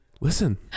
Listen